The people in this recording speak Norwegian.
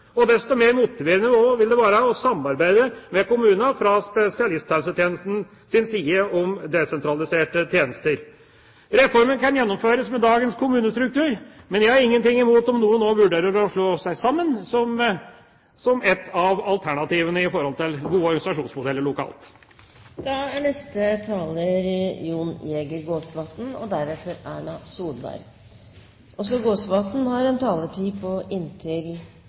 Og desto mer motiverende vil det også være for spesialisthelsetjenesten å samarbeide med kommunene om desentraliserte tjenester. Reformen kan gjennomføres med dagens kommunestruktur, men jeg har ingenting imot om noen nå vurderer å slå seg sammen – som ett av alternativene med tanke på gode organisasjonsmodeller lokalt. I over fire år har Regjeringen pekt på at nærmest alle problemer som har